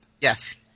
Yes